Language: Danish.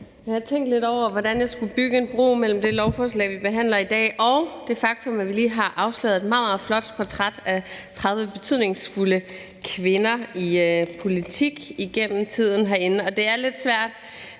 Jeg har tænkt lidt over, hvordan jeg skulle bygge en bro mellem det lovforslag, vi behandler i dag, og det faktum, at vi lige har afsløret et meget, meget flot portræt af 30 betydningsfulde kvinder i politik igennem tiden herinde. Det er lidt svært,